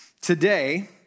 Today